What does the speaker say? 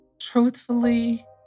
truthfully